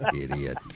Idiot